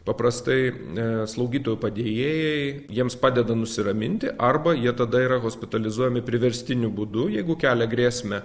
paprastai slaugytojų padėjėjai jiems padeda nusiraminti arba jie tada yra hospitalizuojami priverstiniu būdu jeigu kelia grėsmę